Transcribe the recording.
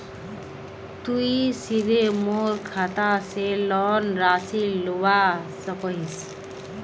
तुई सीधे मोर खाता से लोन राशि लुबा सकोहिस?